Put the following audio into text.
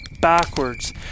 backwards